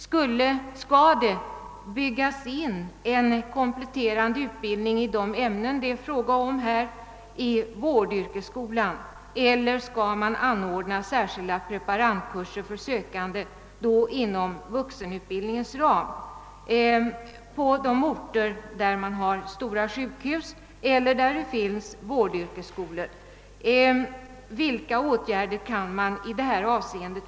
Skall det byggas in en kompletterande utbildning i de ifrågavarande ämnena i vårdyrkesskolan, eller skall särskilda preparandkurser anordnas för sökande inom vuxenutbildningens ram på de orter där det finns stora sjukhus eller vårdyrkesskolor? Vilka åtgärder kan man förvänta sig i detta avseende?